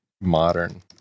modern